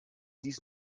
dies